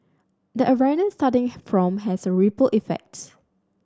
the awareness starting from has a ripple effect